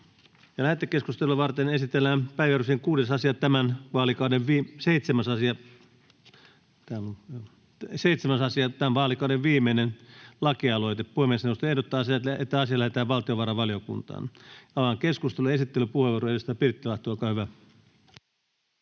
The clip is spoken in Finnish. Lähetekeskustelua varten esitellään päiväjärjestyksen 7. asia — tämän vaalikauden viimeinen lakialoite. Puhemiesneuvosto ehdottaa, että asia lähetetään valtiovarainvaliokuntaan. — Avaan keskustelun. Esittelypuheenvuoro, edustaja Pirttilahti, olkaa hyvä.